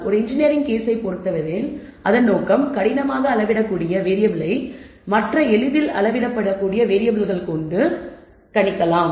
ஒரு இன்ஜினியரிங் கேஸை பொறுத்தவரையில் அவன் நோக்கம் கடினமாக அளவிடக்கூடிய வேறியபிளை மற்ற எளிதில் அளவிடப்பட்ட வேரியபிள்கள் கொண்டு மாற்றலாம்